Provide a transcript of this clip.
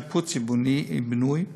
שיפוץ ובינוי,